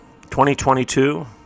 2022